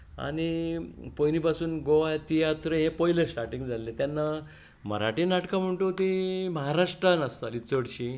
पयलीं पासून गोंयांत तियात्र हे पयले स्टार्टींग जाल्ले तेन्ना मराठी नाटकां म्हण तूं तीं महाराष्ट्रांत आसतालीं चडशीं